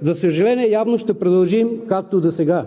За съжаление, явно ще продължим, както досега